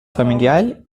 familial